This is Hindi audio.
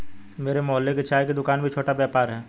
मेरे मोहल्ले की चाय की दूकान भी छोटा व्यापार है